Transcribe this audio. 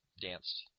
danced